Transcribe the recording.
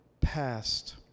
past